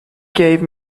gave